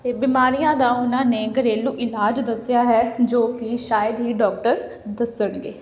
ਬਿਮਾਰੀਆਂ ਦਾ ਉਹਨਾਂ ਨੇ ਘਰੇਲੂ ਇਲਾਜ ਦੱਸਿਆ ਹੈ ਜੋ ਕਿ ਸ਼ਾਇਦ ਹੀ ਡਾਕਟਰ ਦੱਸਣਗੇ